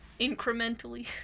incrementally